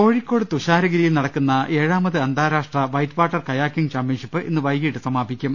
കോഴിക്കോട് തുഷാരഗിരിയിൽ നടക്കുന്ന ഏഴാമത് അന്താരാഷ്ട്ര വൈറ്റ് വാട്ടർ കയാക്കിങ് ചാമ്പ്യൻഷിപ്പ് ഇന്ന് സമാപിക്കും